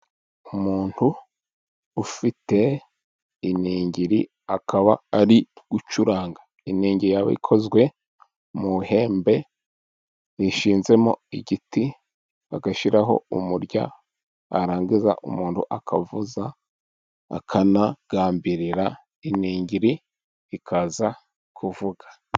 Umuntu ufite iningiri akaba ari gucuranga. Iningiri yabaga ikozwe mu ihembe nishinzemo igiti bagashyiraho umurya warangiza umuntu akavuza akanagambirira iningiri ikaza kuvuga.